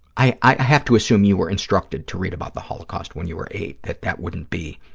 i i have to assume you were instructed to read about the holocaust when you were eight, that that wouldn't be